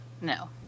No